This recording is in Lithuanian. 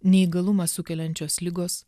neįgalumą sukeliančios ligos